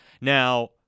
Now